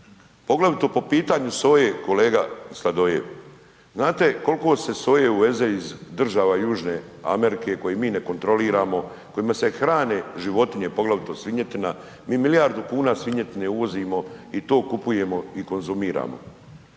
poglavito po pitanju soje kolega Sladoljev, znate kol'ko se soje uveze iz država Južne Amerike koji mi ne kontroliramo, kojima se hrane životinje, poglavito svinjetina, mi milijardu kuna svinjetine uvozimo i to kupujemo i konzumiramo,